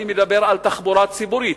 אני מדבר על תחבורה ציבורית.